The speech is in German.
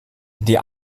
die